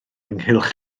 ynghylch